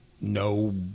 no